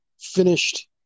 finished